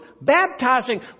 baptizing